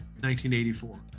1984